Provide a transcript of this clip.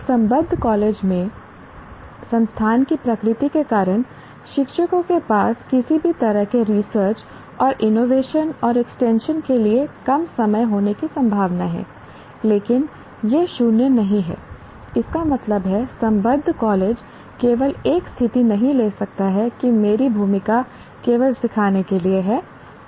एक संबद्ध कॉलेज में संस्थान की प्रकृति के कारण शिक्षकों के पास किसी भी तरह के रिसर्च और इनोवेशन और एक्सटेंशन के लिए कम समय होने की संभावना है लेकिन यह 0 नहीं है इसका मतलब है संबद्ध कॉलेज केवल एक स्थिति नहीं ले सकता है कि मेरी भूमिका केवल सिखाने के लिए है